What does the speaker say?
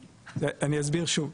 אני אסביר שוב,